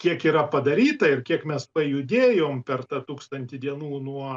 kiek yra padaryta ir kiek mes pajudėjom per tą tūkstantį dienų nuo